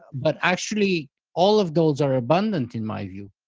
but actually all of those are abundant in my view.